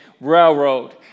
railroad